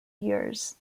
years